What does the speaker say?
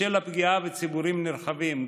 בשל הפגיעה בציבורים נרחבים,